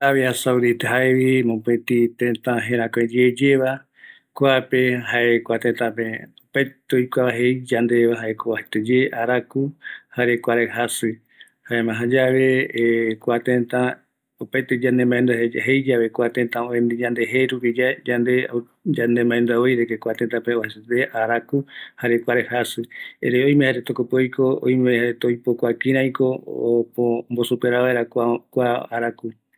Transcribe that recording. Kua Arabia Saudita, jaevi mopetï tëtä jëräkuayeyeva, kuape jae kua tëtä pe opaete oikuava jei yandveva jaeko oajaete ye araku, jare kuaraï jaji, jaema jayave kua tëtä opaete yande mbaendua jeiyave kua tëtä oeni yandeve kua jerupi yave, yande mbaendua voi de que kua tëtäpe oajaete araku, jare kuaraï jaji, erei oime jaeretaq oiko, jare oime jaereta oipokua jare kiraiko ombo superavaera araku.